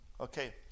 Okay